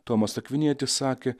tomas akvinietis sakė